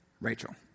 Rachel